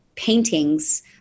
paintings